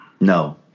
No